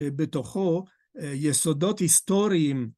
בתוכו יסודות היסטוריים.